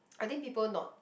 I think people not